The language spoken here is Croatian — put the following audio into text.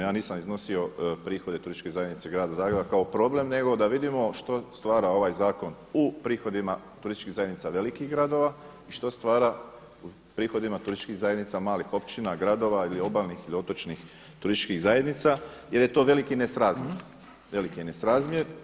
Ja nisam iznosio prihode Turističke prihode grada Zagreba kao problem, nego da vidimo što stvara ovaj zakon u prihodima turističkih zajednica velikih gradova i što stvara u prihodima turističkih zajednica malih općina, gradova ili obalnih ili otočnih turističkih zajednica jer je to veliki nesrazmjer, veliki je nesrazmjer.